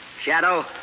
Shadow